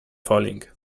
falling